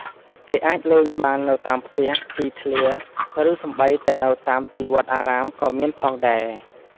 គេអាចលេងបាននៅតាមផ្ទះ ទីធ្លា ឬសូម្បីតែនៅតាមទីវត្តអារាមក៏មានផងដែរ។